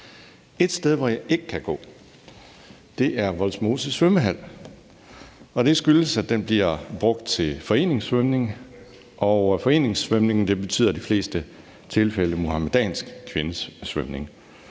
Ét sted, hvor jeg ikke kan komme, er Vollsmose svømmehal, og det skyldes, at den bliver brugt til foreningssvømning, og foreningssvømning betyder i de fleste tilfælde muhamedansk kvindesvømning.